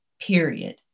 period